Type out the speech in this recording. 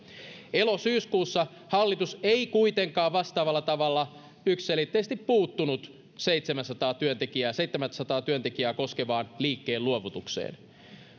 elo syyskuussa hallitus ei kuitenkaan vastaavalla tavalla yksiselitteisesti puuttunut seitsemänsataa työntekijää seitsemänsataa työntekijää koskevaan liikkeenluovutukseen